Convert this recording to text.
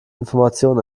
information